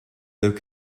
though